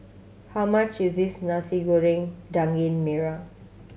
how much is this Nasi Goreng Daging Merah